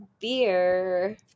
beer